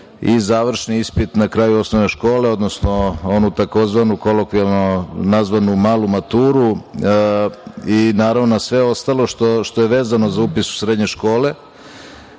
i završni ispit na kraju osnovne škole, odnosno onu tzv. kolokvijalno nazvanu, malu maturu i naravno sve ostalo što je vezano za upis u srednje škole. Ovaj